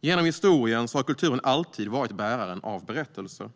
Genom historien har kulturen alltid varit bäraren av berättelser.